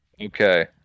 Okay